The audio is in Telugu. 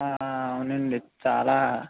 అవునండి చాలా